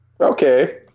Okay